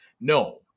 no